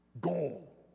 goal